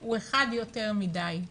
הוא אחד יותר מדי.